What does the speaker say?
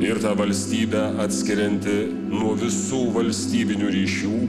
ir tą valstybę atskirianti nuo visų valstybinių ryšių